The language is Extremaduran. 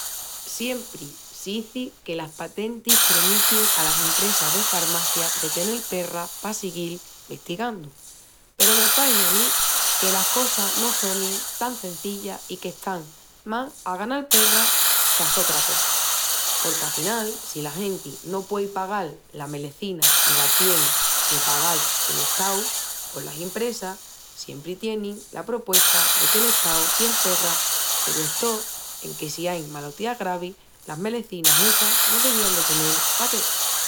Siempri s'izi que las patentis premitin alas impresas de farmacia de tenel perras pa siguil vestigandu. Peru me pahi a mí que las cosas no sonin tan cenzillas i qu'están más a ganal perras qu'a sotra cosa. Porque, afinal, si la genti no puei pagal la melecina i la tien de pagal el Estau pos las impresas siempri tienin la propuesta de que l'Estau tien perras peru estó en que si ain malotías gravis, las melecinas essas no devían de tenel patentis.